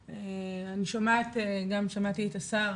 אני שומעת, גם שמעתי את השר